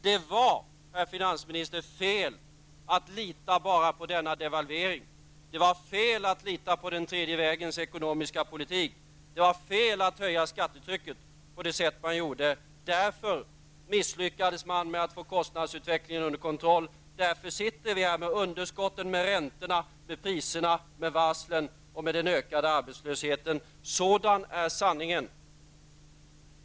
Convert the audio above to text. Det var, herr finansminister, fel att lita bara på devalveringen. Det var fel att lita på den tredje vägens ekonomiska politik. Det var fel att höja skattetrycket på det sätt man gjorde. Därför misslyckades man med att få kostnadsutvecklingen under kontroll. Därför sitter vi här med underskotten, med räntorna, med priserna, med varslen och med den ökade arbetslösheten. Sådan är sanningen.